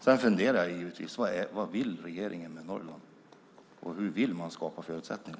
Jag undrar givetvis vad regeringen vill med Norrland och hur man vill skapa förutsättningar.